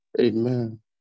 Amen